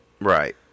Right